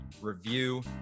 review